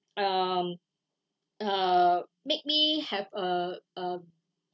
um uh make me have a uh